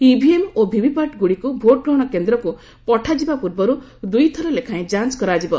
EVM ଓ VVPAT ଗୁଡ଼ିକୁ ଭୋଟ୍ଗ୍ରହଣ କେନ୍ଦ୍ରକୁ ପଠାଯିବା ପୂର୍ବରୁ ଦୁଇଥର ଲେଖାଏଁ ଯାଞ୍ଚ କରାଯିବ